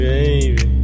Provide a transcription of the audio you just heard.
Baby